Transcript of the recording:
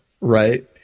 right